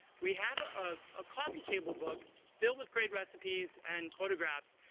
we have a ah ah coffee table book filled with great recipes and photographs.